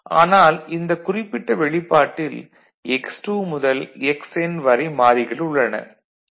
ஆனால் இந்தக் குறிப்பிட்ட வெளிப்பாட்டில் x2 முதல் xN வரை மாறிகள் உள்ளன